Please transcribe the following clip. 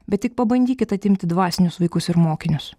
bet tik pabandykit atimti dvasinius vaikus ir mokinius